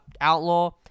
Outlaw